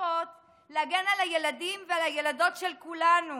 ורוצות להגן על הילדים והילדות של כולנו.